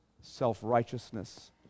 self-righteousness